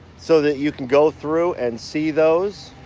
so that you can go through and see those.